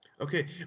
Okay